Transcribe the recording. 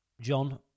John